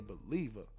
believer